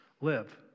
live